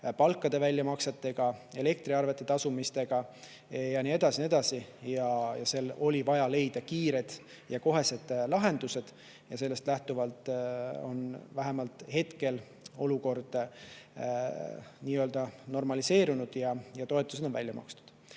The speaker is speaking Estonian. palkade väljamaksetega, elektriarvete tasumisega ja nii edasi ja nii edasi. Oli vaja leida kiired ja kohesed lahendused. Ja sellest lähtuvalt on vähemalt hetkel olukord nii-öelda normaliseerunud ja toetused on välja makstud.